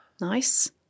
Nice